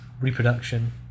reproduction